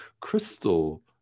crystal